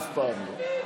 אף פעם לא.